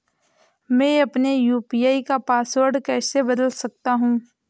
मैं अपने यू.पी.आई का पासवर्ड कैसे बदल सकता हूँ?